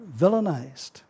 villainized